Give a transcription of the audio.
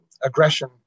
aggression